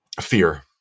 Fear